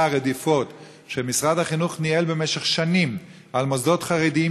הרדיפות שמשרד החינוך ניהל במשך שנים על מוסדות חרדיים.